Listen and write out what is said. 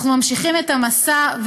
אנחנו ממשיכים את המסע,